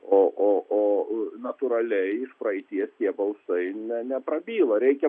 o o o natūraliai iš praeityje tie balsai ne neprabyla reikia